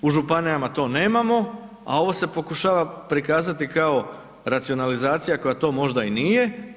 U županijama to nemamo, a ovo se pokušava prikazati kao racionalizacija koja to možda i nije.